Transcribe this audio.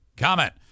Comment